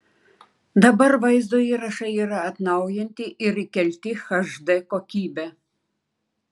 dabar vaizdo įrašai yra atnaujinti ir įkelti hd kokybe